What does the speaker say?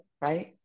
right